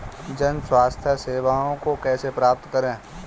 जन स्वास्थ्य सेवाओं को कैसे प्राप्त करें?